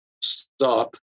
stop